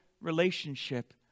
relationship